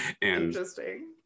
Interesting